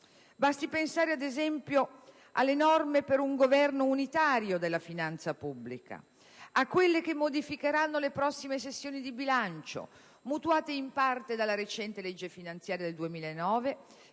Basti pensare, ad esempio, alle norme per un governo unitario della finanza pubblica, a quelle che modificheranno le prossime sessioni di bilancio, mutuate in parte dalla recente legge finanziaria 2009